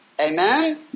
Amen